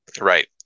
Right